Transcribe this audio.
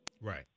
Right